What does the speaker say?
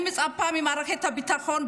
אני מצפה ממערכת הביטחון,